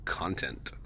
content